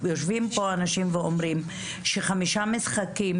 יושבים פה אנשים ואומרים שחמישה משחקים